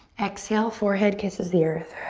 exhale, forehead kisses the earth.